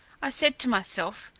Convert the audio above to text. i said to myself,